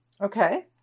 Okay